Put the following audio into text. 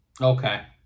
Okay